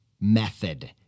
method